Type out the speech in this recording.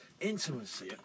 intimacy